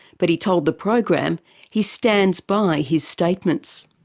but he told the program he stands by his statements.